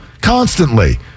constantly